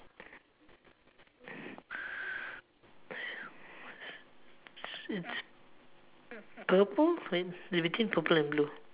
it's it's purple wait it's between purple and blue